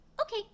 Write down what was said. okay